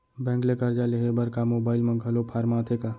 Bank ले करजा लेहे बर का मोबाइल म घलो फार्म आथे का?